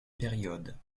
périodes